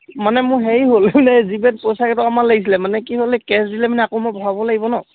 মানে মোৰ হেৰি হ'ল মানে জিপে'ত পইচাকেইটামান লাগিছিলে মানে কি হ'ল কেছ দিলে মানে আকৌ মই ভৰাব লাগিব নহ্